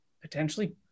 potentially